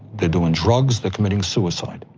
they're doing drugs, they're committing suicide.